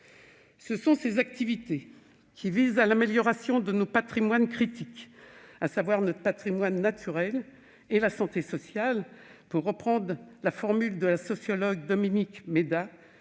Ce sont ces activités, qui visent à l'amélioration de « nos patrimoines critiques, à savoir notre patrimoine naturel et la santé sociale », pour reprendre la formule de la sociologue Dominique Méda,